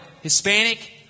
Hispanic